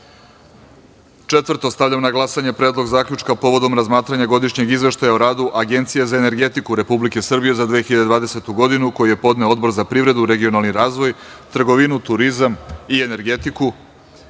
reda. Stavljam na glasanje Predlog zaključka povodom razmatranja Godišnjeg izveštaja o radu Agencije za energetiku Republike Srbije za 2020. godinu, koji je podneo Odbor za privredu, regionalni razvoj, trgovinu, turizam i energetiku